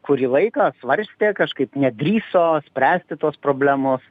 kurį laiką svarstė kažkaip nedrįso spręsti tos problemos